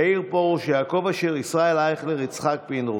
מאיר פרוש, יעקב אשר, ישראל אייכלר ויצחק פינדרוס,